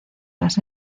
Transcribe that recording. las